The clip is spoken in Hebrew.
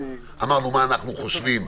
אמרנו מה אנחנו חושבים,